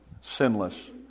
sinless